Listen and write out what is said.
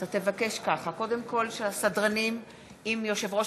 תבקש ככה: קודם כול שהסדרנים עם יושב-ראש